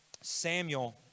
Samuel